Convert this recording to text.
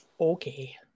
Okay